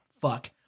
fuck